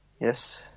Yes